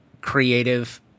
creative